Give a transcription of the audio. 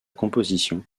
composition